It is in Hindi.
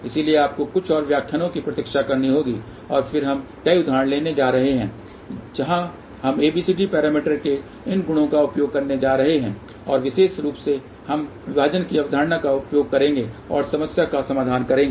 इसलिए आपको कुछ और व्याख्यानों की प्रतीक्षा करनी होगी और फिर हम कई उदाहरण लेने जा रहे हैं जहाँ हम ABCD पैरामीटर के इन गुणों का उपयोग करने जा रहे हैं और विशेष रूप से हम विभाजन की अवधारणा का उपयोग करेंगे और समस्या का समाधान करेंगे